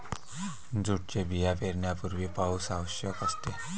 जूटचे बिया पेरण्यापूर्वी पाऊस आवश्यक असते